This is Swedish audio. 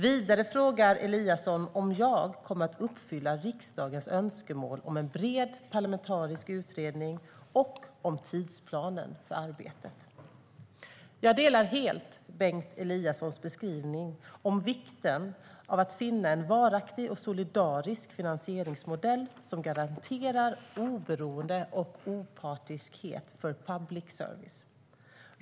Vidare frågar Eliasson om jag kommer att uppfylla riksdagens önskemål om en bred parlamentarisk utredning och om tidsplanen för arbetet. Jag delar helt Bengt Eliassons beskrivning om vikten av att finna en varaktig och solidarisk finansieringsmodell som garanterar oberoende och opartiskhet för public service.